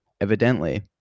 Evidently